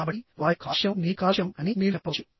కాబట్టి వాయు కాలుష్యంనీటి కాలుష్యం అని మీరు చెప్పవచ్చు